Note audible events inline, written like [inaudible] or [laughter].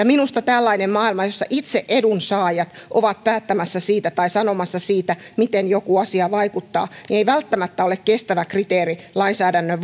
[unintelligible] minusta tällaisessa maailmassa jossa itse edunsaajat ovat päättämässä tai sanomassa siitä miten joku asia vaikuttaa ei välttämättä ole kestäviä kriteereitä lainsäädännön [unintelligible]